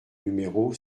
numéro